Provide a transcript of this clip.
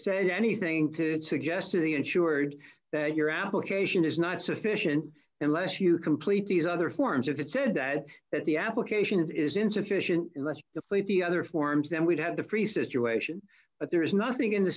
said anything to suggest to the insured that your application is not sufficient unless you completely as other forms of it said that that the application is insufficient must the plate be other forms then we'd have the free situation but there is nothing in the